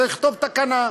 זה לכתוב תקנה.